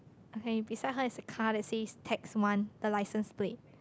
okay beside her is a car that says tax one the licence plate